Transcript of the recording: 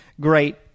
great